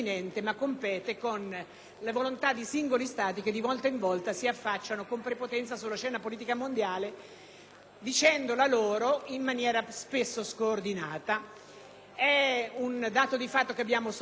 dicendo la loro in maniera spesso scoordinata. È un dato di fatto che abbiamo sotto gli occhi tutti quanti ogni giorno e che avrebbe dovuto indurre ad un comportamento più serio da ambo le parti.